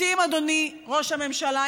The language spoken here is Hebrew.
אדוני ראש הממשלה,